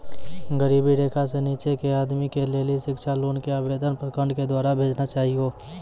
गरीबी रेखा से नीचे के आदमी के लेली शिक्षा लोन के आवेदन प्रखंड के द्वारा भेजना चाहियौ?